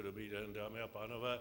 Dobrý den, dámy a pánové.